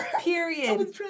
Period